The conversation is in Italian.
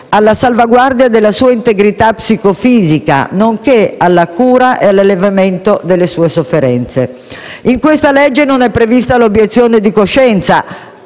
alla salvaguardia della sua integrità psicofisica, nonché alla cura e all'alleviamento delle sue sofferenze. In questa legge non è prevista l'obiezione di coscienza